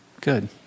Good